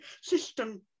system